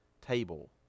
table